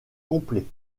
complet